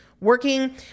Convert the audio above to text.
working